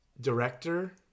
director